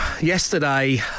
yesterday